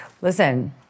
Listen